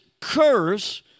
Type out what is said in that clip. curse